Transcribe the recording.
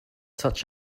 such